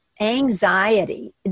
Anxiety